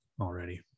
already